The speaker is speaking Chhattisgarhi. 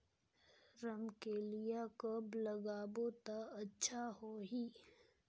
रमकेलिया कब लगाबो ता अच्छा होही?